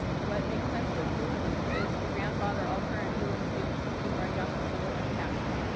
what makes sense for viewlands is to grandfather all current viewlands students to keep our young school intact.